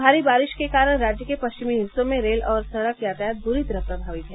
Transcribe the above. भारी बारिश के कारण राज्य के पश्चिमी हिस्सों में रेल और सड़क यातायात बुरी तरह प्रभावित है